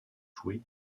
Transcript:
jouer